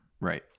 Right